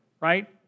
right